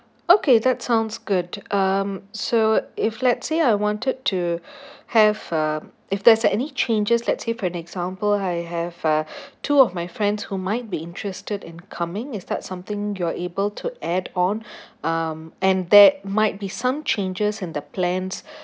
okay that sounds good um so if let's say I wanted to have um if there's any changes let's say for an example I have uh two of my friends who might be interested in coming is that something you are able to add on um and there might be some changes in the plans